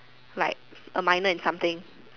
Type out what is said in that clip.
like a minor in something